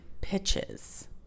pitches